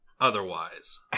otherwise